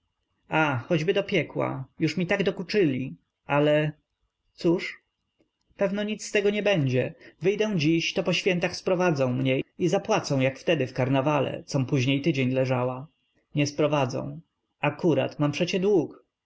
a choćby do piekła już mi tak dokuczyli ale cóż pewno nic z tego nie będzie wyjdę dziś to po świętach sprowadzą mnie i zapłacą jak wtedy w karnawale com później tydzień leżała nie sprowadzą akurat mam przecie dług